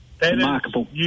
Remarkable